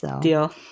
deal